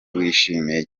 wishimiye